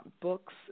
books